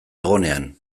egonean